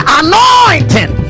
anointing